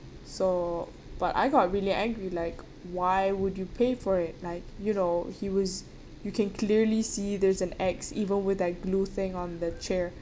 so but I got really angry like why would you pay for it like you know he was you can clearly see there's an X even with that glue thing on the chair